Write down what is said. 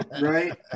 right